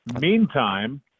Meantime